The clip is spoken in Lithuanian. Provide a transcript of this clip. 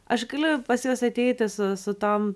aš galiu pas juos ateiti su su tom